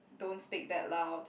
don't speak that loud